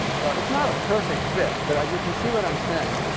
so, it's not a perfect fit, but you can see what i'm saying.